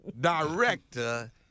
Director